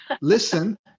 Listen